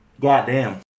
Goddamn